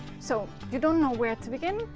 so, you don't know where to begin?